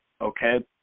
okay